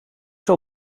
zal